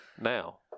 Now